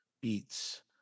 beats